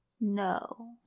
No